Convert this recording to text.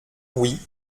oui